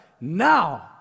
Now